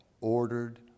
ordered